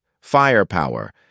firepower